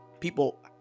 people